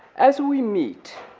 as we meet,